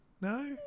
No